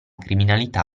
criminalità